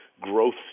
growth